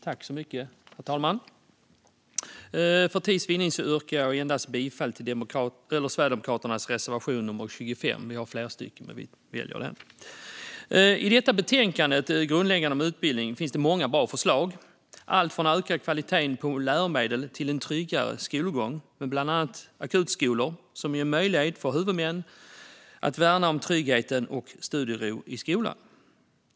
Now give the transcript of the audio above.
Herr talman! Jag yrkar för tids vinning endast bifall till Sverigedemokraternas reservation nummer 25. Vi har flera men väljer den. I detta betänkande, Grundläggande om utbildning , finns många bra förslag - allt från ökad kvalitet på läromedel till tryggare skolgång med bland annat akutskolor som ger möjlighet för huvudmän att värna om tryggheten och studieron i skolan.